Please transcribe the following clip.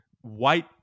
white